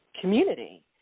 community